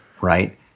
right